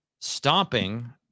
stomping